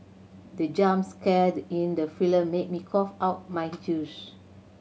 the jump scare in the film made me cough out my juice